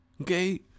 okay